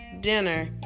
dinner